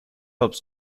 hopes